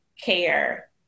care